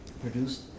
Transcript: produced